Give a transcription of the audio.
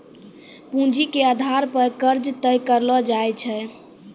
पूंजी के आधार पे कर्जा तय करलो जाय छै